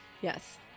Yes